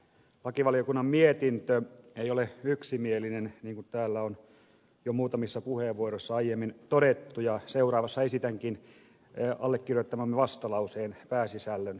lakivaliokunnan mietintö ei ole yksimielinen niin kuin täällä on jo muutamissa puheenvuoroissa aiemmin todettu ja seuraavassa esitänkin allekirjoittamamme vastalauseen pääsisällön lyhykäisyydessään